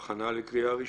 בהכנה לקריאה ראשונה,